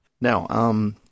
Now